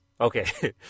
Okay